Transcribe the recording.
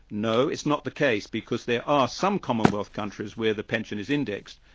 no, it's not the case, because there are some commonwealth countries where the pension is indexed.